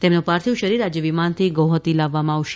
તેમનો પાર્થિવ શરીર આજે વિમાનથી ગૌહત્તી લાવવામાં આવશે